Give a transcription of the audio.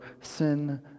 sin